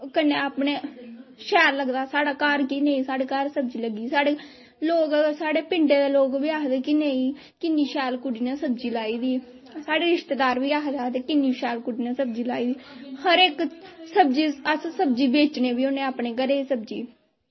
कन्नै अपने शैल लगदा साढ़ा घर के इयां नेंई साढ़े गर सब्जी लग्गी दी साढ़े लोग साढ़े पिंडे दे बी आखदे नेंई किन्नी शैल कुड़ी नै सब्जी लाई दी साढ़ी रिश्तेदार बी आखदे आखदे किन्नी शैल कुड़ी नै सब्जी लाई दी हर इक सब्जी अस सब्जी बेचने बी होन्ने अपने घरे दी